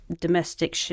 domestic